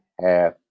half